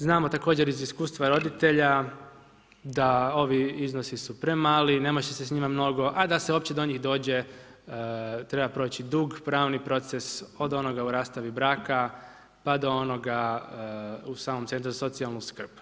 Znamo također iz iskustva roditelja da ovim iznosi su premali, ne može se s njima mnogo, a da se uopće do njih dođe treba proći dug pravni proces od onoga u rastavi braka, pa do onoga u samom centru za socijalnu skrb.